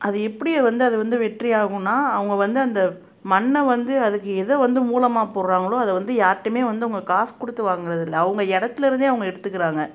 அது எப்படி அதை வந்து அதை வந்து வெற்றி ஆகுன்னால் அவங்க வந்து அந்த மண்ணை வந்து அதுக்கு எதை வந்த மூலமாக போடுறாங்களோ அதை வந்து யார்க்கிட்டேயுமே வந்து அவங்க காசு கொடுத்து வாங்கிறதில்ல அவங்க இடத்துலேருந்தே அவங்க எடுத்துக்கிறாங்க